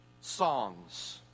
songs